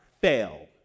fail